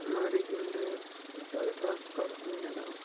ᱢᱟᱹᱨᱤᱪ ᱜᱩᱸᱰᱟᱹ ᱡᱚᱛᱚ ᱜᱮ ᱛᱷᱚᱲᱟ ᱛᱷᱚᱲᱟ ᱠᱚᱢ ᱠᱚᱢᱤᱧ ᱞᱟᱜᱟᱣᱟᱜᱼᱟ